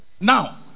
Now